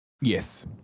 Yes